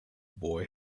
boy